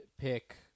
pick